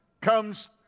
comes